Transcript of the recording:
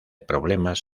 problemas